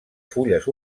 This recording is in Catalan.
fulles